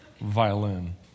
violin